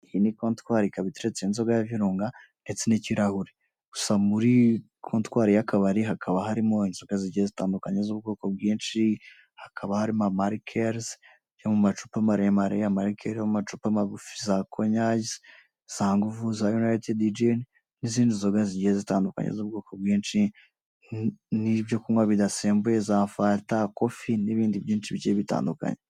iyi ni comptwar ikabati uretse inzoga ya virunga ndetse n'ikirahure gusa muri contwari y'akabari hakaba harimo zitandukanye z'ubwoko bwinshi hakaba harimo markels byo mu macupa maremare ya malake amacupa magufi za coyas sanguvu za unite djn n'izindi nzoga zigiye zitandukanye z'ubwoko bwinshi n'ibyo kunywa bidasembuye za fanta cofi n'ibindi byinshi bigiye bitandukanye